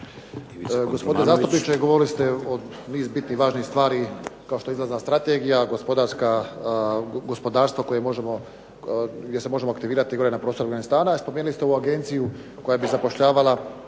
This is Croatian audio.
Gospodine zastupniče, govorili ste o nizu bitnih, važnih stvari kao što je izlazna strategija, gospodarstvo gdje se može …/Govornik se ne razumije./… gore na prostoru Afganistana. Spomenuli ste ovu agenciju koja bi zapošljava